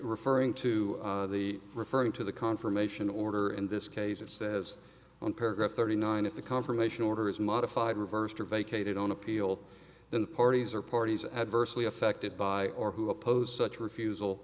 referring to the referring to the confirmation order in this case it says on paragraph thirty nine if the confirmation order is modified reversed or vacated on appeal then the parties or parties adversely affected by or who oppose such refusal